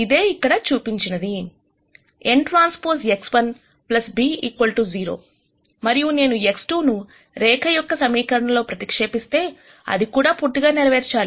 ఇదే ఇక్కడ చూపించినది nTX1 b 0 మరియు నేను X2 ను రేఖ యొక్క సమీకరణంలో ప్రతిక్షేపిస్తే అది కూడా పూర్తిగా నెరవేర్చాలి